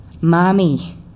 Mommy